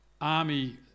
army